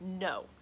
No